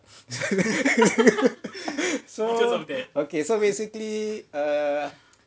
so okay so basically err